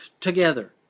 together